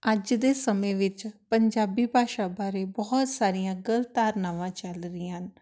ਅੱਜ ਦੇ ਸਮੇਂ ਵਿੱਚ ਪੰਜਾਬੀ ਭਾਸ਼ਾ ਬਾਰੇ ਬਹੁਤ ਸਾਰੀਆਂ ਗਲਤ ਧਾਰਨਾਵਾਂ ਚੱਲ ਰਹੀਆਂ ਹਨ